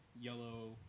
Yellow